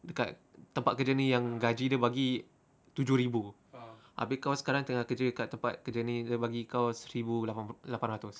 dekat tempat kerja ni yang gaji dia bagi tujuh ribu abeh kau sekarang tengah kerja kat tempat kerja ni yang bagi kau seribu lapan ratus